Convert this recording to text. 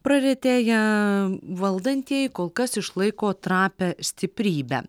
praretėję valdantieji kol kas išlaiko trapią stiprybę